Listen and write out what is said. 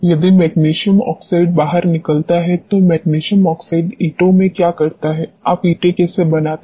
यदि magnesium oxide बाहर निकलता है तो मैग्नीशियम ऑक्साइड ईंटों में क्या करता है आप ईंटें कैसे बनाते हैं